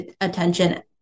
attention